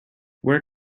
where